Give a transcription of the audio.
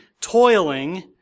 toiling